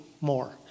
more